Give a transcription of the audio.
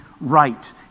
right